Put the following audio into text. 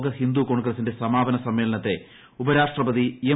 ലോക ഹിന്ദു കോൺഗ്രസ്റ്റ്റ്സ്മാപന സമ്മേളനത്തെ ഉപരാഷ്ട്രപതി എം